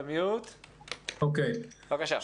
בבקשה.